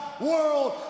world